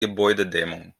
gebäudedämmung